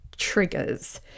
triggers